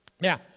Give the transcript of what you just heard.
Now